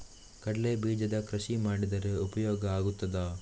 ಕಡ್ಲೆ ಬೀಜದ ಕೃಷಿ ಮಾಡಿದರೆ ಉಪಯೋಗ ಆಗುತ್ತದಾ?